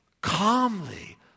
calmly